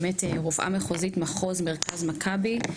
רופאה מחוזית של מחוז מרכז במרפאות ׳מכבי׳,